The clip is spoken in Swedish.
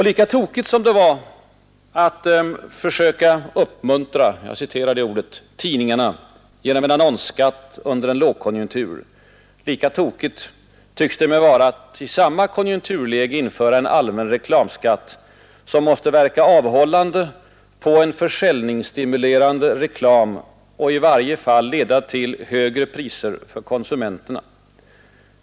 Lika tokigt som det var att försöka ”uppmuntra” tidningarna genom en annonsskatt under en lågkonjunktur, lika tokigt tycks det mig vara att i samma konjunkturläge införa en allmän reklamskatt, som måste verka avhållande på en försäljningsstimulerande reklam och i varje fall leda till högre priser för konsumenterna.